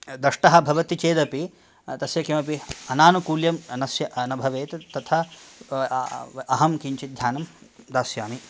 दष्टः भवति चेदपि तस्य किमपि अनानुकूल्यं नस्य न भवेत् तथा अहं किञ्चित् ध्यानं दास्यामि